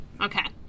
Okay